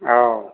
औ